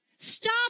Stop